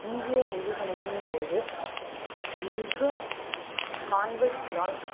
இன்றே வங்கி கணக்கின்போது மிக கான்வெக்ஸ் லாஜ்